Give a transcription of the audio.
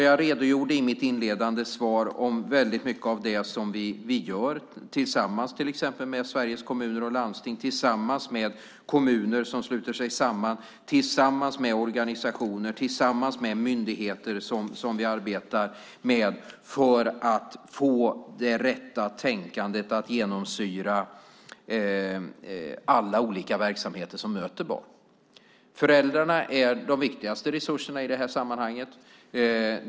Jag redogjorde i mitt inledande svar för väldigt mycket av det som vi gör tillsammans med till exempel Sveriges Kommuner och Landsting, tillsammans med kommuner som sluter sig samman, tillsammans med organisationer och tillsammans med myndigheter som vi arbetar med för att få det rätta tänkandet att genomsyra alla olika verksamheter som möter barn. Föräldrarna är de viktigaste resurserna i det här sammanhanget.